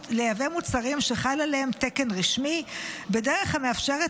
לייבא מוצרים שחל עליהם תקן רשמי בדרך המאפשרת